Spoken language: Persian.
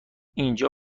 اینجا